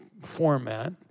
format